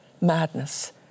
madness